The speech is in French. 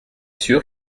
sûr